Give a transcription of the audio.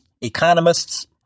economists